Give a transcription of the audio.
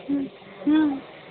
हूँ हूँ